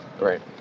right